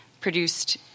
produced